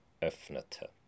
öffnete